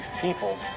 people